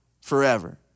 forever